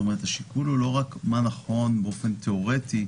השיקול הוא לא רק מה נכון באופן תאורטי.